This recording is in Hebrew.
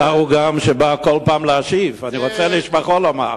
השר גם בא בכל פעם להשיב, אני רוצה לשבחו לומר.